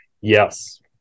Yes